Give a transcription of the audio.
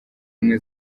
ubumwe